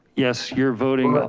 yes, you're voting, but